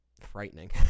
frightening